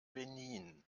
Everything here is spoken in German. benin